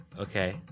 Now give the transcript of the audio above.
Okay